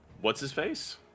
what's-his-face